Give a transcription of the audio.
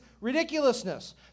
ridiculousness